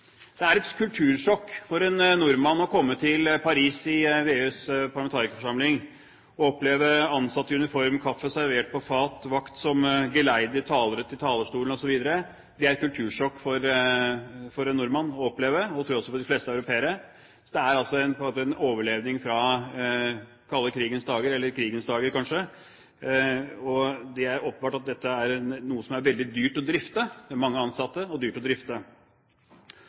Det er en gammeldags styringsform. Det er et kultursjokk for en nordmann å komme til Paris i VEUs parlamentarikerforsamling og oppleve ansatte i uniform, kaffe servert på fat, vakt som geleider talere til talerstolen, osv. Det er det et kultursjokk for en nordmann å oppleve, og jeg tror også det er det for de fleste europeere. Det er altså på en måte en overlevning fra den kalde krigens dager – eller krigens dager, kanskje – og det er åpenbart at dette er noe som er veldig dyrt å drifte. Det er mange ansatte